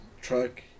truck